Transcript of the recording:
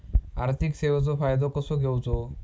आर्थिक सेवाचो फायदो कसो घेवचो?